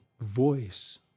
voice